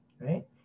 right